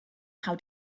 how